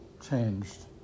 changed